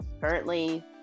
Currently